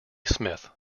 smith